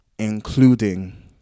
including